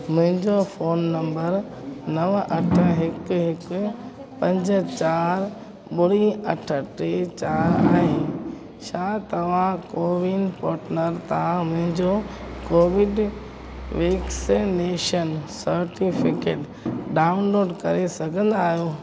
मुंहिंजो phone number नव अठ हिकु हिकु पंज चारि ॿुड़ी अठ टे चारि आहे छा तव्हां कोविन पोर्तल तां मुंहिंजो कोविड वैक्सीनेशन सटिफिकेट डाउनलोड करे सघंदा आहियो